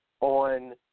On